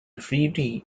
treaty